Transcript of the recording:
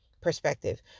perspective